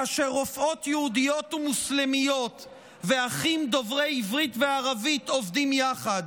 כאשר רופאות יהודיות ומוסלמיות ואחים דוברי עברית וערבית עובדים יחד,